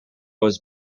was